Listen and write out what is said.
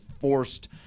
forced